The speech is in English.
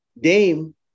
Dame